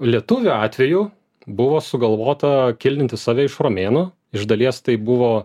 lietuvių atveju buvo sugalvota kildinti save iš romėnų iš dalies tai buvo